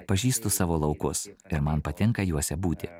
pažįstu savo laukus ir man patinka juose būti